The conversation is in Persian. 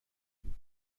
بود